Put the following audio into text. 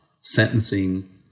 sentencing